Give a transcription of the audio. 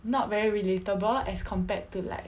not very relatable as compared to like